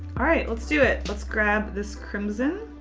all right, let's do it. let's grab this crimson.